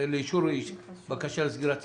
לאישור בקשה לסגירת סניף.